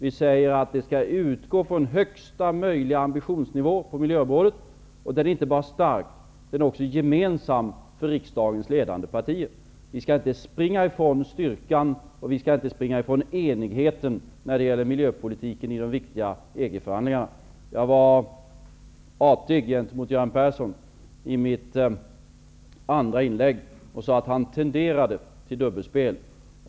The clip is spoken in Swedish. Vi säger att vi skall utgå från högsta möjliga ambitionsnivå på miljöområdet, och den är inte bara stark, utan den är också gemensam för riksdagens ledande partier. Vi skall inte springa ifrån styrkan och enigheten när det gäller miljöpolitiken i de viktiga EG-förhandlingarna. Jag var artig mot Göran Persson i mitt andra inlägg och sade att han tenderade att spela dubbelspel.